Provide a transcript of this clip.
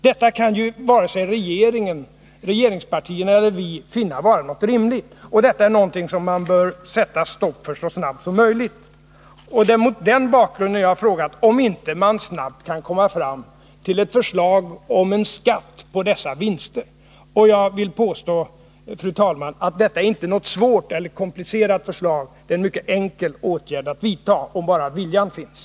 Detta kan varken regeringspartierna eller vi finna vara rimligt. Detta är något som regeringen bör sätta stopp för så snabbt som möjligt. Det är mot den bakgrunden jag frågat om inte regeringen snabbt kan lägga fram förslag om en skatt på dessa vinster. Jag vill påstå, fru talman, att detta inte är något svårt eller något komplicerat förslag. Det är en mycket enkel åtgärd att vidta om bara viljan finns.